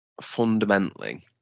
fundamentally